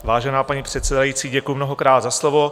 Vážená paní předsedající, děkuji mnohokrát za slovo.